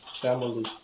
family